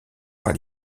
par